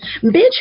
Bitch